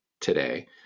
today